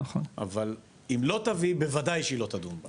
אבל אם לא תביא, בוודאי שהיא לא תדון בה.